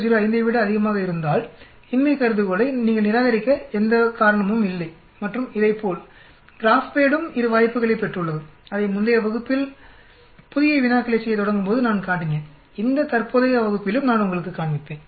05 ஐ விட அதிகமாக இருந்தால் இன்மை கருதுகோளை நீங்கள் நிராகரிக்க எந்த காரணமும் இல்லை மற்றும் இதைப்போல் கிராப்பேட்டும் இரு வாய்ப்புகளையும் பெற்றுள்ளது அதை முந்தைய வகுப்பில் புதிய வினாக்களைச் செய்யத் தொடங்கும்போது நான் காட்டினேன் இந்த தற்போதைய வகுப்பிலும் நான் உங்களுக்குக் காண்பிப்பேன்